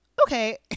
okay